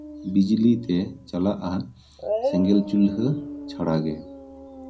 ᱵᱤᱡᱽᱞᱤ ᱛᱮ ᱪᱟᱞᱟᱜᱼᱟ ᱥᱮᱸᱜᱮᱞ ᱪᱩᱞᱦᱟᱹ ᱪᱷᱟᱲᱟ ᱜᱮ